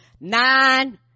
nine